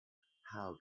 how